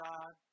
God